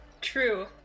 True